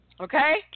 Okay